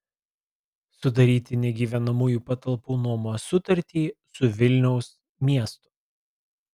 sudaryti negyvenamųjų patalpų nuomos sutartį su vilniaus miestu